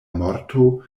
morto